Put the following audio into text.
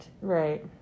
right